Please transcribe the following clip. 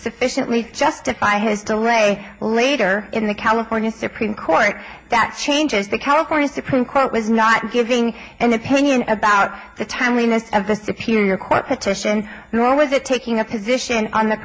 sufficiently justify his delay later in the california supreme court that changes the california supreme court was not giving an opinion about the timeliness of the superior court petition nor was it taking a position on the